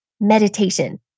meditation